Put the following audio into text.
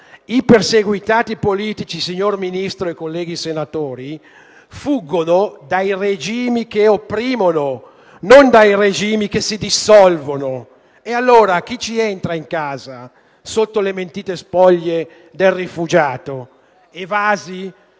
I perseguitati politici, signor Ministro e colleghi senatori, fuggono dai regimi che opprimono, non dai regimi che si dissolvono; e allora, chi ci entra in casa sotto le mentite spoglie del rifugiato? Evasi,